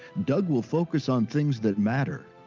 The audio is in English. doug will focus on things that matter.